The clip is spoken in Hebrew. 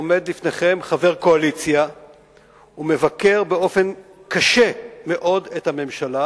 עומד לפניכם חבר קואליציה ומבקר באופן קשה מאוד את הממשלה